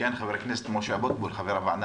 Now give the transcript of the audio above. כן, חבר הכנסת משה אבוטבול, חבר הוועדה.